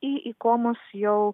į ikomos jau